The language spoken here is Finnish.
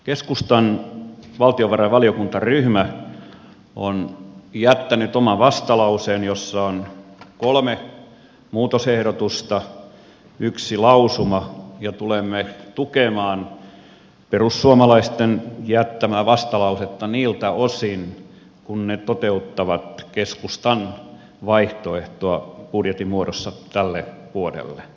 keskustan valtiovarainvaliokuntaryhmä on jättänyt oman vastalauseen jossa on kolme muutosehdotusta yksi lausuma ja tulemme tukemaan perussuomalaisten jättämää vastalausetta niiltä osin kuin ne toteuttavat keskustan vaihtoehtoa budjetin muodossa tälle vuodelle